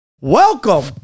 Welcome